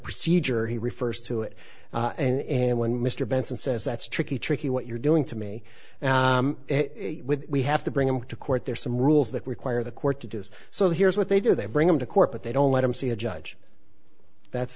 procedure he refers to it and when mr benson says that's tricky tricky what you're doing to me now we have to bring him to court there are some rules that require the court to do this so here's what they do they bring him to court but they don't let him see a judge that's